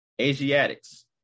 Asiatics